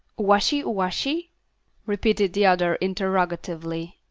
uassi-uassi? repeated the other interrogatively.